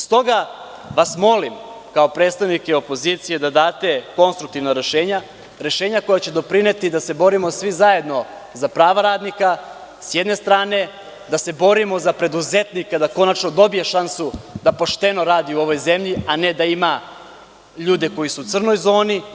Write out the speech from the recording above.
Stoga vas molim kao predstavnike opozicije da date konstruktivna rešenja, rešenja koja će doprineti da se borimo svi zajedno za prava radnika s jedne strane, da se borimo za preduzetnika da konačno dobije šansu da pošteno radi u ovoj zemlji, a ne da ima ljude koji su u crnoj zoni.